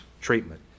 treatment